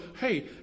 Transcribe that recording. hey